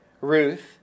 Ruth